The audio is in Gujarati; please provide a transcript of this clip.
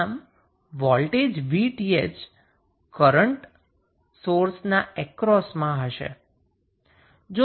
આમ વોલ્ટેજ 𝑉𝑇ℎ કરન્ટ સોર્સનાં અક્રોસમાં હશે